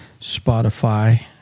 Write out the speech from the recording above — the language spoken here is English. Spotify